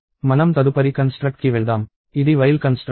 మనం తదుపరి కన్స్ట్రక్ట్ కి వెళ్దాం ఇది వైల్ కన్స్ట్రక్ట్